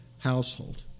Household